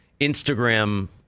Instagram